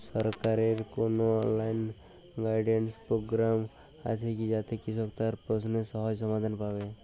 সরকারের কোনো online guidance programme আছে কি যাতে কৃষক তার প্রশ্নের সহজ সমাধান পাবে?